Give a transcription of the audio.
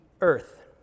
earth